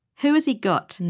who has he got,